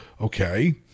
Okay